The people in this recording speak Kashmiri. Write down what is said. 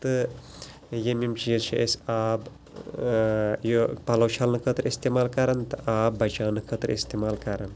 تہٕ یِم یِم چیٖز چھِ أسۍ آب یہِ پَلو چھلَنہٕ خٲطرٕ اِستعمال کَران تہٕ آب بَچاونہٕ خٲطرٕ اِستعمال کَران